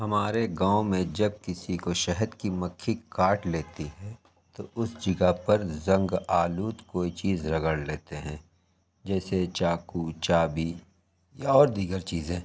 ہمارے گاؤں میں جب کسی کو شہد کی مکھی کاٹ لیتی ہے تو اس جگہ پر زنگ آلود کوئی چیز رگڑ لیتے ہیں جیسے چاقو چابی یا اور دیگر چیزیں